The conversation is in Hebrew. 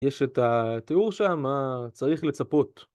יש את התיאור שם, צריך לצפות